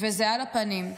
וזה על הפנים.